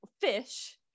fish